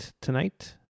tonight